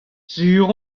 sur